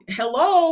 hello